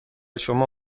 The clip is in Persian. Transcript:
شما